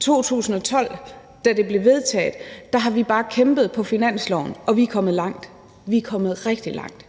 2012, da det blev vedtaget, har vi bare kæmpet for at få det på finansloven, og vi er kommet langt, vi er kommet rigtig langt,